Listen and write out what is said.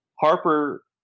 Harper